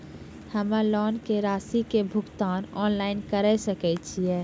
हम्मे लोन के रासि के भुगतान ऑनलाइन करे सकय छियै?